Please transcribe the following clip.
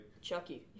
Chucky